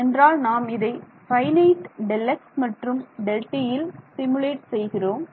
ஏனென்றால் நாம் இதை ஃபைனைட் Δx மற்றும் Δtயில் சிமுலேட் செய்கிறோம்